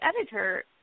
editor